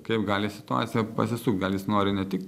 kaip gali situacija pasisukt gal jis nori ne tik